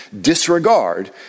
Disregard